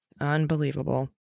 Unbelievable